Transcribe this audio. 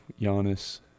Giannis